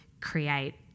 create